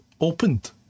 opened